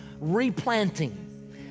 replanting